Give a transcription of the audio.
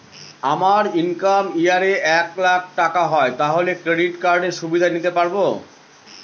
আমার income year এ এক লাক টাকা হয় তাহলে ক্রেডিট কার্ড এর সুবিধা নিতে পারবো?